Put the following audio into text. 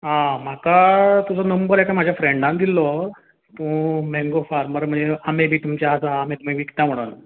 आं म्हाका तुजो नंबर एका म्हज्या फ्रँडान दिल्लो तूं मँगो फार्मर म्हणजे आंबे बी तुमचे आसा आमे तुमी विकता म्हणून